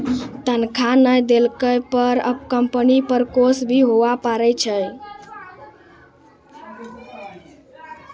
तनख्वाह नय देला पर कम्पनी पर केस भी हुआ पारै छै